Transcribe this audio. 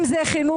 אם זה חינוך,